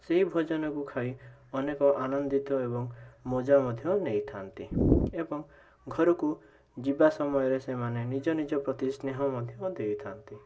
ସେହି ଭୋଜନକୁ ଖାଇ ଅନେକ ଆନନ୍ଦିତ ଏବଂ ମଜା ମଧ୍ୟ ନେଇଥାନ୍ତି ଏବଂ ଘରକୁ ଯିବା ସମୟରେ ସେମାନେ ନିଜ ନିଜ ପ୍ରତି ସ୍ନେହ ମଧ୍ୟ ଦେଇଥାନ୍ତି